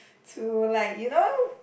to like you know